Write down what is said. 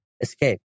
escape